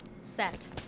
Set